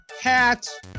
hat